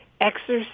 Exercise